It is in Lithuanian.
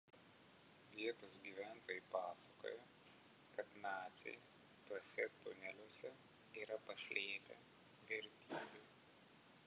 vietos gyventojai pasakoja kad naciai tuose tuneliuose yra paslėpę vertybių